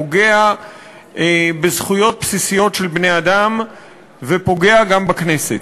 פוגע בזכויות בסיסיות של בני-אדם ופוגע גם בכנסת.